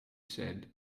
said